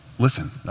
listen